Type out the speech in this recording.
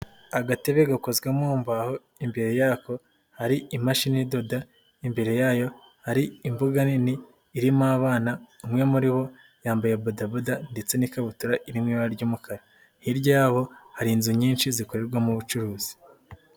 Agatebe gakozwe mu mbaho imbere yako hari imashini idoda, imbere yayo hari imbuga nini irimo abana umwe muri bo yambaye bodaboda ndetse n'ikabutura iri mu ibara ry'umukara, hirya yabo hari inzu nyinshi zikorerwamo ubucuruzi.